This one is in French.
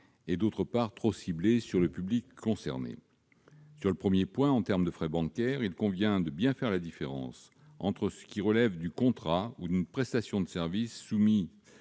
d'autre part, trop ciblée sur le public concerné. Sur le premier point, en termes de frais bancaires, il convient de bien faire la différence entre ce qui relève d'un contrat ou d'une prestation de services soumis